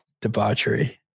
debauchery